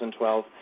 2012